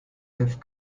have